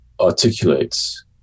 articulates